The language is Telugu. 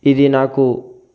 ఇది నాకు